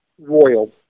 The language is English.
Royal